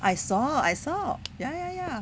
I saw I saw ya ya ya